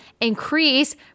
increase